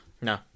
no